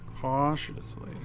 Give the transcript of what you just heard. Cautiously